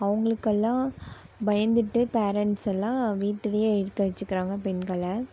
அவங்களுக்கெல்லாம் பயந்துகிட்டே பேரன்ட்ஸ் எல்லாம் வீட்டிலயே இருக்க வச்சுக்குறாங்க பெண்களை